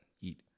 Eat